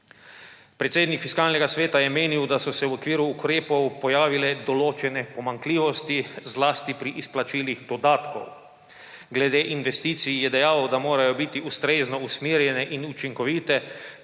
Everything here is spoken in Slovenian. Predsednik Fiskalnega sveta je menil, da so se v okviru ukrepov pojavile določene pomanjkljivosti zlasti pri izplačilih dodatkov. Glede investicij je dejal, da morajo biti ustrezno usmerjene in učinkovite